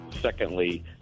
Secondly